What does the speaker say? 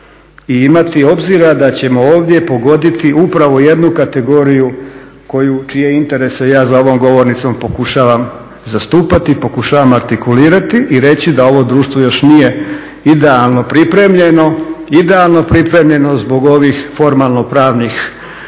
i imati obzira da ćemo ovdje pogoditi upravo jednu kategoriju čije interese ja za ovom govornicom pokušavam zastupati, pokušavam artikulirati i reći da ovo društvo još nije idealno pripremljeno zbog ovih formalnopravnih